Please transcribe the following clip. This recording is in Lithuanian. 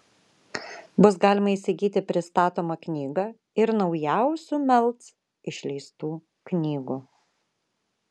bus galima įsigyti pristatomą knygą ir naujausių melc išleistų knygų